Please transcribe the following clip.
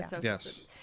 yes